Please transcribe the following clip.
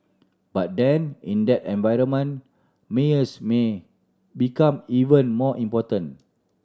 but then in that environment mayors may become even more important